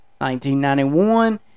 1991